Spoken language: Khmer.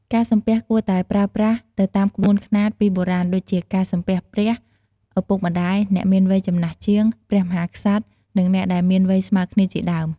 ការសំពះគួរតែប្រើប្រាស់ទៅតាមក្បួនខ្នាតពីបុរាណដូចជាការសំពះព្រះ ឪពុកម្តាយ អ្នកមានវ័យចំណាស់ជាង ព្រះមហាក្សត្រ និងអ្នកដែលមានវ័យស្មើគ្នាជាដើម។